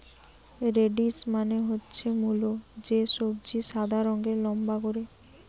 radish মানে হচ্ছে মুলো, যে সবজি সাদা রঙের লম্বা করে